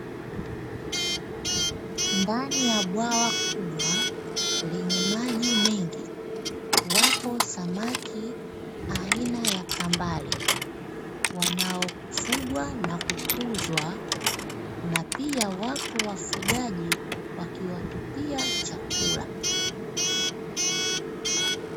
Ndani ya bwawa kubwa lenye maji mengi, wapo samaki aina ya kambare. Wanaofugwa na kukuzwa na pia wapo wafugaji wakiwatupia chakula.